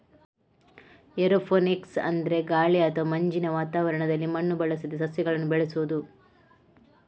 aeroponics ಅಂದ್ರೆ ಗಾಳಿ ಅಥವಾ ಮಂಜಿನ ವಾತಾವರಣದಲ್ಲಿ ಮಣ್ಣು ಬಳಸದೆ ಸಸ್ಯಗಳನ್ನ ಬೆಳೆಸುದು